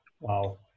Wow